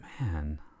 man